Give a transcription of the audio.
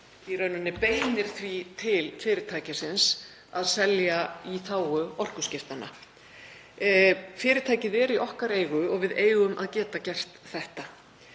í raun til fyrirtækisins að selja í þágu orkuskiptanna. Fyrirtækið er í okkar eigu og við eigum að geta gert þetta.